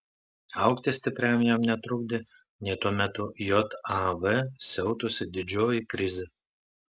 augti stipriam jam netrukdė nė tuo metu jav siautusi didžioji krizė